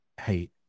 hey